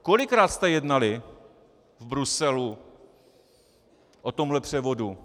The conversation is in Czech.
Kolikrát jste jednali v Bruselu o tomhle převodu?